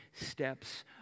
steps